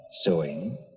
sewing